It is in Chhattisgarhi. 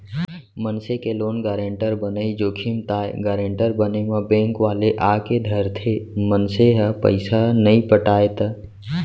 मनसे के लोन गारेंटर बनई जोखिम ताय गारेंटर बने म बेंक वाले आके धरथे, मनसे ह पइसा नइ पटाय त